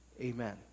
Amen